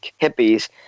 hippies